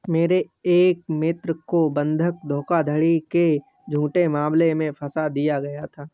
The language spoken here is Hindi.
मेरे एक मित्र को बंधक धोखाधड़ी के झूठे मामले में फसा दिया गया था